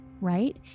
right